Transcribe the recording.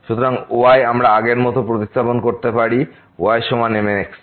সুতরাং y আমরা আগের মতো প্রতিস্থাপন করতে পারি y সমান mx এর